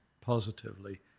positively